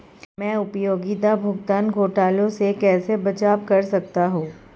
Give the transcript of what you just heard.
मैं उपयोगिता भुगतान घोटालों से कैसे बचाव कर सकता हूँ?